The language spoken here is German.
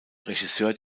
regisseur